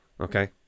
Okay